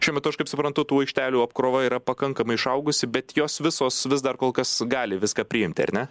šiuo metu aš kaip suprantu tų aikštelių apkrova yra pakankamai išaugusi bet jos visos vis dar kol kas gali viską priimti ar ne